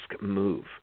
move